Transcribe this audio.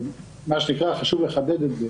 חשוב לחדד את זה.